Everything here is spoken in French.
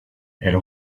elle